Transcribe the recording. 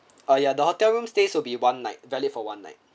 ah yeah the hotel room stays will be one night valid for one night